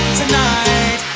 tonight